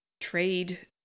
trade